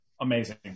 Amazing